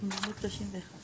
אתם רוצים להסביר את זה בנתיים,